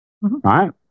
right